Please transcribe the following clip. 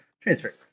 Transfer